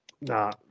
Nah